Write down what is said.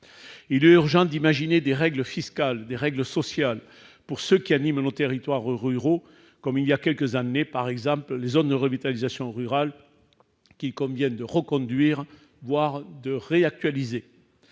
Il est urgent d'imaginer des règles fiscales et sociales pour ceux qui animent nos territoires ruraux, comme, il y a quelques années, les zones de revitalisation rurale, qu'il convient de reconduire, voire de réactualiser.